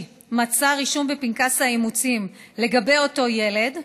מצא רישום בפנקס האימוצים לגבי אותו ילד,